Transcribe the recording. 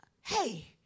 hey